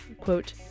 quote